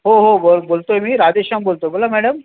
हो हो बोल बोलतो आहे मी राधेश्याम बोलतो आहे बोला मॅडम